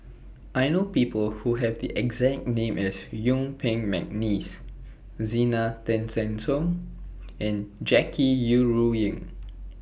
I know People Who Have The exact name as Yuen Peng Mcneice Zena Tessensohn and Jackie Yi Ru Ying